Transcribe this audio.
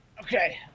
Okay